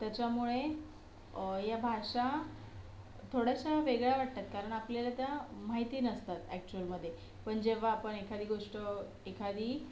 त्याच्यामुळे या भाषा थोड्याशा वेगळ्या वाटतात कारण आपल्याला त्या माहिती नसतात ॲक्चुअलमध्ये पण जेव्हा आपण एखादी गोष्ट एखादी